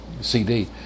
CD